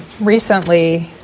recently